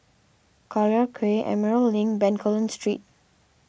Collyer Quay Emerald Link Bencoolen Street